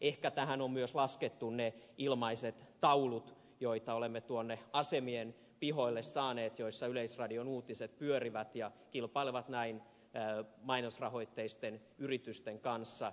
ehkä tähän on myös laskettu ne ilmaiset taulut joita olemme tuonne asemien pihoille saaneet joissa yleisradion uutiset pyörivät ja kilpailevat näin mainosrahoitteisten yritysten kanssa